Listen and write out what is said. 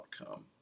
outcome